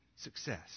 success